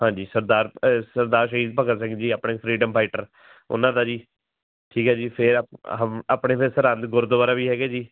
ਹਾਂਜੀ ਸਰਦਾਰ ਸਰਦਾਰ ਸ਼ਹੀਦ ਭਗਤ ਸਿੰਘ ਜੀ ਆਪਣੇ ਫਰੀਡਮ ਫਾਈਟਰ ਉਹਨਾਂ ਦਾ ਜੀ ਠੀਕ ਹੀ ਜੀ ਫਿਰ ਆਪਣੇ ਫਿਰ ਸਰਹਿੰਦ ਗੁਰਦੁਆਰਾ ਵੀ ਹੈਗੇ ਜੀ